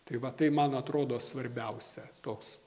tai va tai man atrodo svarbiausia toks